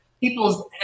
people's